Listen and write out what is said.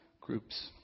groups